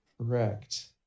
Correct